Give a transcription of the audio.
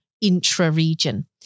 intra-region